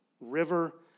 river